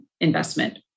investment